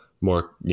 more